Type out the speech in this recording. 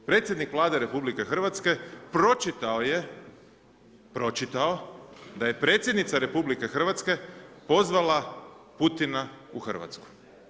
Predsjednik Vlade RH pročitao je, pročitao, da je predsjednica RH pozvala Putina u RH.